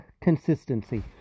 consistency